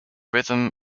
rhythm